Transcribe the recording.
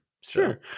Sure